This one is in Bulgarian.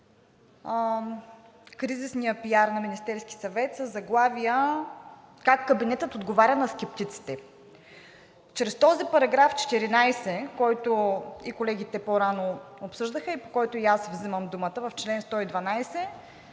кризисния пиар на Министерския съвет със заглавия как кабинетът отговаря на скептиците. Чрез този § 14, който и колегите по-рано обсъждаха и по който взимам думата, в чл. 112